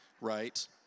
right